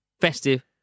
festive